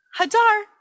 hadar